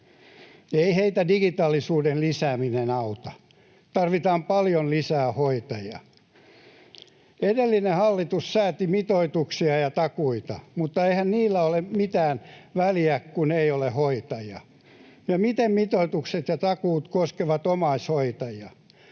Ei heitä digitaalisuuden lisääminen auta. Tarvitaan paljon lisää hoitajia. Edellinen hallitus sääti mitoituksia ja takuita, mutta eihän niillä ole mitään väliä, kun ei ole hoitajia. Ja miten mitoitukset ja takuut koskevat omaishoitajia?